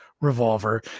revolver